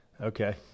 Okay